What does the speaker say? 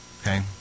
okay